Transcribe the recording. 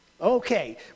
Okay